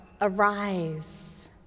arise